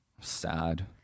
Sad